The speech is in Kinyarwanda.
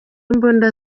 imbunda